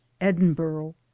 edinburgh